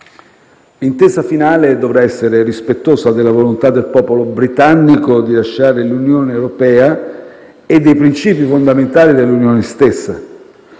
L'intesa finale dovrà essere rispettosa della volontà del popolo britannico di lasciare l'Unione europea e dei principi fondamentali dell'Unione stessa.